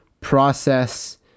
process